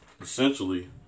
essentially